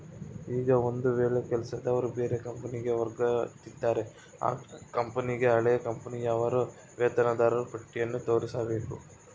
ಈಗ ಒಂದು ವೇಳೆ ಕೆಲಸದವರು ಬೇರೆ ಕಂಪನಿಗೆ ವರ್ಗವಾಗುತ್ತಿದ್ದರೆ ಆ ಕಂಪನಿಗೆ ಹಳೆಯ ಕಂಪನಿಯ ಅವರ ವೇತನದಾರರ ಪಟ್ಟಿಯನ್ನು ತೋರಿಸಬೇಕು